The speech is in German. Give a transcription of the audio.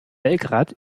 belgrad